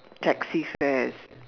taxi fares